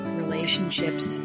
relationships